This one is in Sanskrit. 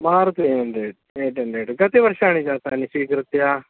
Maruti A hundred eight hundred कति वर्षाणि जातानि स्वीकृत्य